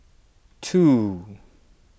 two